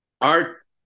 art